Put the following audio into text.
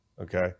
Okay